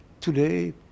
today